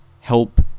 help